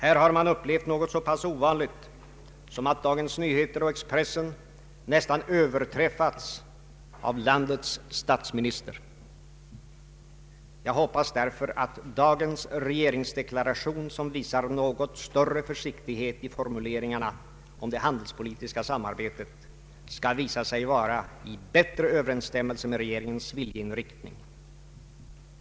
Vi har upplevt något så pass ovanligt som att Dagens Nyheter och Expressen nästan överträffats av landets statsminister. Jag hoppas därför att regeringens deklaration, som visar något större försiktighet i formuleringarna om det handelspolitiska samarbetet, skall visa sig vara i bättre överensstämmelse med regeringens viljeinriktning.